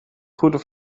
goede